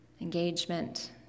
engagement